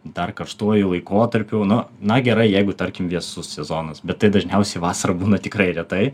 dar karštuoju laikotarpiu nu na gerai jeigu tarkim vėsus sezonas bet tai dažniausiai vasarą būna tikrai retai